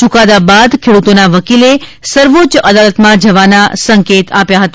ચુકાદા બાદ ખેડૂતોના વકીલે સર્વોચ્ચ અદાલતમાં જવાનો સંકેત આપ્યો હતો